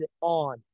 on